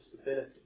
stability